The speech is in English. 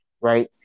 right